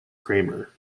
kramer